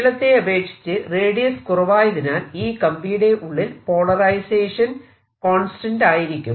നീളത്തെ അപേക്ഷിച്ച് റേഡിയസ് കുറവായതിനാൽ ഈ കമ്പിയുടെ ഉള്ളിൽ പോളറൈസേഷൻ കോൺസ്റ്റന്റ് ആയിരിക്കും